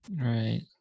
Right